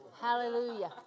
Hallelujah